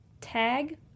tag